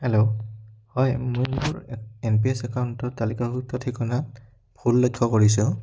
hello হয় মই মোৰ এন পি এছ একাউণ্টৰ তালিকাভুক্ত ঠিকনাত ভুল লক্ষ্য কৰিছোঁ